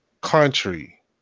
country